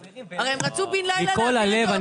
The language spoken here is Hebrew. הרי הם רצו בן לילה להעביר את --- אני אומר לכם,